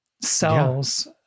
cells